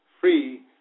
free